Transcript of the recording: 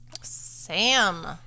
Sam